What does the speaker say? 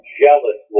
jealous